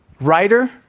writer